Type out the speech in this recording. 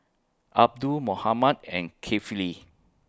Abdul Muhammad and Kefli